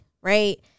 right